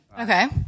Okay